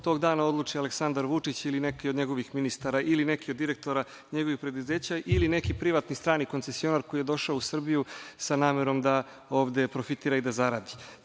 tog dana odluči Aleksandar Vučić ili neki od njegovih ministara ili neki od direktora njegovih preduzeća ili neki privatni strani koncesionar koji je došao u Srbiji sa namerom da ovde profitira i zaradi. Tako